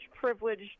privileged